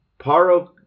Paro